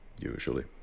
Usually